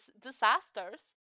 disasters